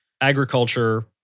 agriculture